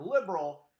liberal